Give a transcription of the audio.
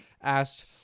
asked